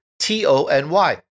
T-O-N-Y